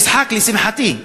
המשחק, לשמחתי,